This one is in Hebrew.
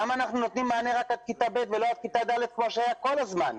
למה אנחנו נותנים מענה רק עד כיתה ב' ולא עד כיתה ד' כפי שהיה כל הזמן?